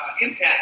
impact